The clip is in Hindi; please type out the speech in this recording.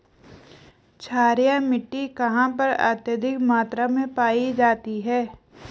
क्षारीय मिट्टी कहां पर अत्यधिक मात्रा में पाई जाती है?